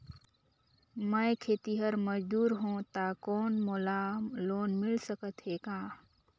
मैं खेतिहर मजदूर हों ता कौन मोला लोन मिल सकत हे का?